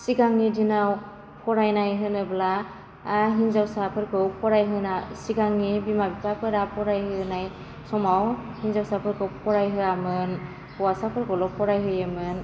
सिगांनि दिनाव फरायनाय होनोब्ला हिनजावसाफोरखौ फरायहोना सिगांनि बिमा बिफाफोरा फरायहोनाय समाव हिनजावसाफोरखौ फरायहोआमोन हौवासाफोरखौल' फरायहोआमोन